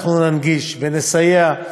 אנחנו ננגיש ונסייע,